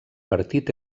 partit